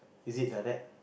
is it like that